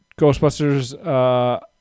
Ghostbusters